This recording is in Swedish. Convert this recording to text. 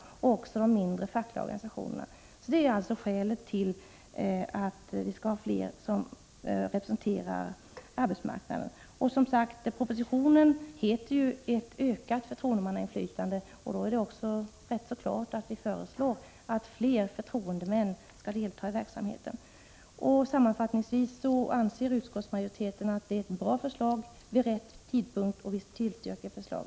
Detsamma gäller de mindre, fackliga organisationerna. Propositionen handlar ju om ökat förtroendemannainflytande i försäkringskassorna, och därför är det klart att vi föreslår att fler förtroendemän skall delta i verksamheten. Sammanfattningsvis anser utskottsmajoriteten att det är ett bra förslag som kommer vid rätt tidpunkt. Jag tillstyrker således utskottets förslag.